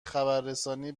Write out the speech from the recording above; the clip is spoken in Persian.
خبررسانی